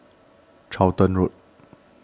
Charlton Road